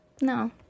No